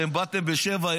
באתם ב-7:00,